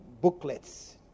booklets